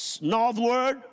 northward